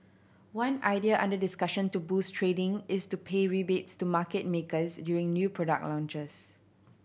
one idea under discussion to boost trading is to pay rebates to market makers during new product launches